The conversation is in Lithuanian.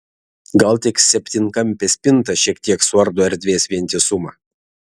gal tik septynkampė spinta šiek tiek suardo erdvės vientisumą